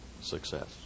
success